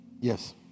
Yes